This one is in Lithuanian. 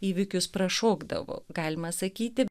įvykius prašokdavo galima sakyti